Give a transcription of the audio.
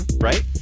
right